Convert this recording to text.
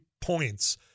points